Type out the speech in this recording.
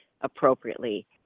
appropriately